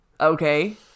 okay